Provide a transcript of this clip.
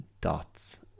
dots